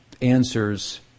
Answers